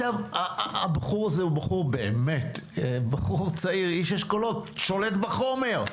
הבחור הצעיר הזה הוא איש אשכולות, שולט בחומר.